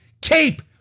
cape